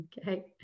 Okay